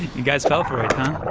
you guys fell for it,